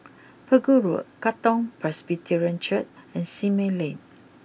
Pegu Road Katong Presbyterian Church and Simei Lane